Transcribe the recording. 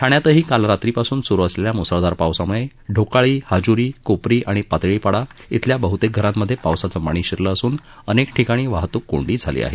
ठाणे जिल्ह्यातही काल रात्री पासून सुरू झालेल्या मु्सळधार पावसामुळे ढोकाळी हाजुरी कोपरी आणि पातळीपाडा इथल्या बहुतेक धरांमधे पावसाचं पाणी शिरलं असून अनेक ठिकाणी वाहतूक कोंडी झाली आहे